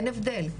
אין הבדל,